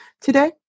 today